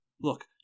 look